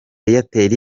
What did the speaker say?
airtel